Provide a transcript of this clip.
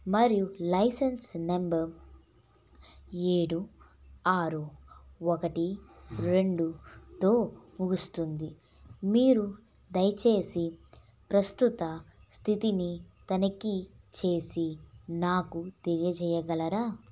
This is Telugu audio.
మరియు లైసెన్స్ నంబర్ ఏడు ఆరు ఒకటి రెండుతో ముగుస్తుంది మీరు దయచేసి ప్రస్తుత స్థితిని తనిఖీ చేసి నాకు తెలియజేయగలరా